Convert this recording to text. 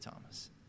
Thomas